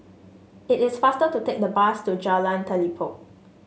it is faster to take the bus to Jalan Telipok